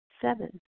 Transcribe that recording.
Seven